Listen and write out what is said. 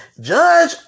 Judge